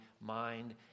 mind